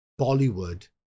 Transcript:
Bollywood